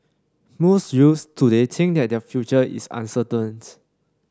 most youths today think that their future is uncertain